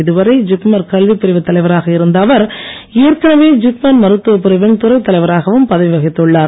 இதுவரை ஜிப்மர் கல்விப் பிரிவுத் தலைவராக இருந்த அவர் ஏற்கனவே ஜிப்மர் மருத்துவப் பிரிவின் துறைத் தலைவராகவும் பதவி வகித்துள்ளார்